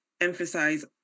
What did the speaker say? emphasize